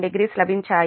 70 లభించాయి